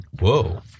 Whoa